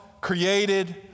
created